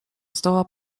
zdoła